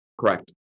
correct